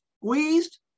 squeezed